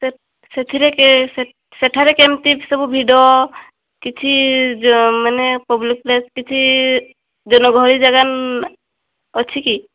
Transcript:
ସେ ସେଥିରେ ସେଠାରେ କେମିତି ସବୁ ଭିଡ଼ କିଛି ମାନେ ପବ୍ଲିକ ପ୍ଲେସ କିଛି ଜନ ଗହଳି ଜାଗା ଅଛି କି